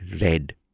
red